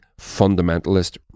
fundamentalist